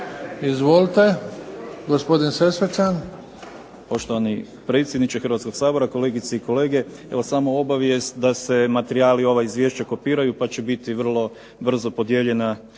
Izvolite, gospodin Sesvečan.